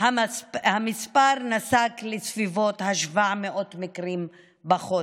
המספר נסק לסביבות 700 מקרים בחודש.